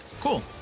Cool